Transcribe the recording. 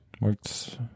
Works